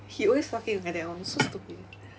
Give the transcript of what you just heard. he always fucking like that [one] so stupid